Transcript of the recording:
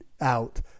out